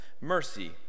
Mercy